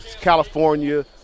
California